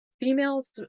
Females